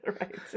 Right